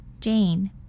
Jane